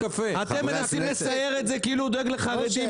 אתם מנסים לצייר את זה כאילו הוא דואג לחרדים,